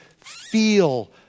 feel